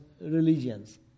religions